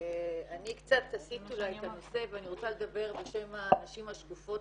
אני אולי קצת אסיט את הנושא ואני רוצה לדבר בשם הנשים השקופות